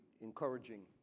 encouraging